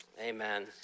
Amen